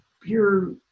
pure